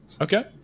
Okay